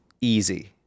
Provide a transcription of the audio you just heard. easy